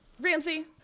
Ramsey